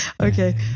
Okay